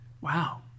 wow